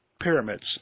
pyramids